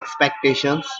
expectations